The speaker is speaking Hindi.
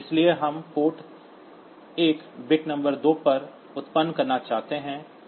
इसलिए हम पोर्ट एक बिट नंबर 2 पर उत्पन्न करना चाहते हैं